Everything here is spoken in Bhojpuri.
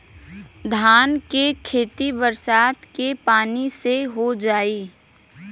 धान के खेती बरसात के पानी से हो जाई?